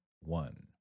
one